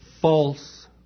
false